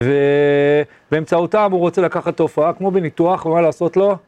ובאמצעותם הוא רוצה לקחת הופעה כמו בניתוח, ומה לעשות לו?